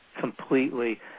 completely